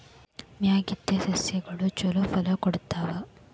ಮಾಗಿದ್ ಸಸ್ಯಗಳು ಛಲೋ ಫಲ ಕೊಡ್ತಾವಾ?